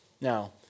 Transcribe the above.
Now